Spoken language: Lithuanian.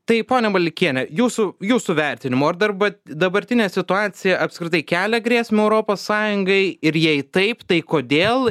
tai ponia maldeikiene jūsų jūsų vertinimu ar darba dabartinė situacija apskritai kelia grėsmę europos sąjungai ir jei taip tai kodėl